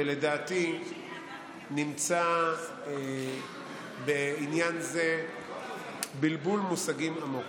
שלדעתי נמצא בעניין זה בלבול מושגים עמוק.